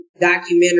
documentary